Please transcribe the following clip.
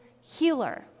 healer